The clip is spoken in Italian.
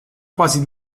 quasi